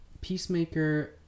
Peacemaker